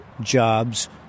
jobs